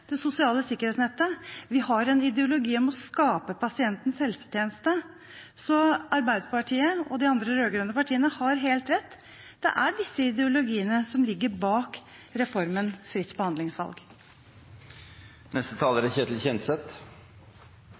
det sosiale sikkerhetsnettet. Vi har en ideologi om å skape pasientens helsetjeneste. Så Arbeiderpartiet og de andre rød-grønne partiene har helt rett: Det er disse ideologiene som ligger bak reformen fritt behandlingsvalg. Representanten Karianne Tung fra Arbeiderpartiet snakket om en forundringspakke. Jeg er